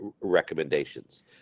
recommendations